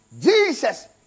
Jesus